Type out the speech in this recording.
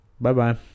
Bye-bye